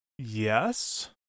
yes